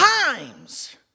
times